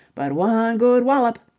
but one good wallop,